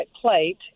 plate